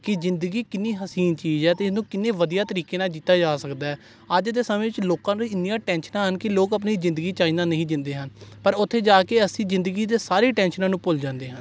ਕਿ ਜ਼ਿੰਦਗੀ ਕਿੰਨੀ ਹਸੀਨ ਚੀਜ਼ ਹੈ ਅਤੇ ਇਹਨੂੰ ਕਿੰਨੇ ਵਧੀਆ ਤਰੀਕੇ ਨਾਲ ਜੀਤਾ ਜਾ ਸਕਦਾ ਅੱਜ ਦੇ ਸਮੇਂ 'ਚ ਲੋਕਾਂ ਨੂੰ ਇੰਨੀਆਂ ਟੈਨਸ਼ਨਾਂ ਹਨ ਕਿ ਲੋਕ ਆਪਣੀ ਜ਼ਿੰਦਗੀ ਚੱਜ ਨਾਲ ਨਹੀਂ ਜਿੰਦੇ ਹਨ ਪਰ ਉੱਥੇ ਜਾ ਕੇ ਅਸੀਂ ਜ਼ਿੰਦਗੀ ਦੇ ਸਾਰੇ ਟੈਂਸ਼ਨਾਂ ਨੂੰ ਭੁੱਲ ਜਾਂਦੇ ਹਨ